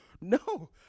no